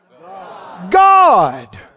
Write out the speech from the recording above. God